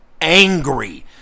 angry